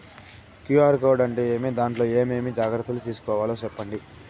QR code అంటే ఏమి? దాంట్లో ఏ ఏమేమి జాగ్రత్తలు తీసుకోవాలో సెప్పండి?